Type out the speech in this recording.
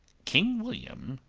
king william?